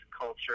Culture